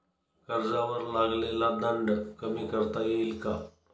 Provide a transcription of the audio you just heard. कर्जावर लागलेला दंड कमी करता येईल का?